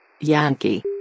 Yankee